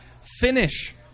Finish